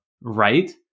right